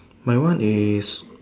my one is